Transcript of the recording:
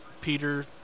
Peter